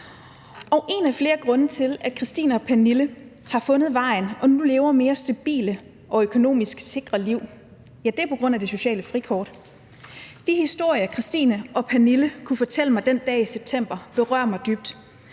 En af flere grunde til, at Christine og Pernille har fundet vejen og nu lever mere stabile og økonomisk sikre liv, er det sociale frikort. De historier, Christine og Pernille kunne fortælle mig den dag i september, berører mig dybt.